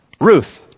Ruth